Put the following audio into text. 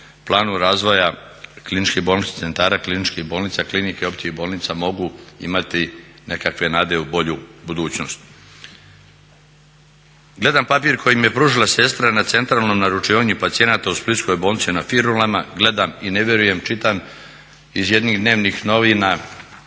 planu razvoja kliničkih bolničkih centara, kliničkih bolnica, klinika i općih bolnica mogu imati nekakve nade u bolju budućnost. Gledam papir koji mi je pružila sestra na centralnom naručivanju pacijenata u Splitskoj bolnici na Firulama, gledam i ne vjerujem. Čitam iz jednih dnevnih novina